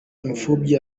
imfubyi